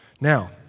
Now